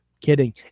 Kidding